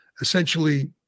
essentially